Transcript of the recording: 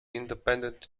independent